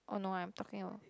oh no I'm talking